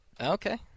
Okay